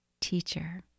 Teacher